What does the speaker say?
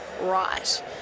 right